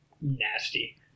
nasty